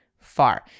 Far